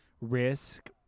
risk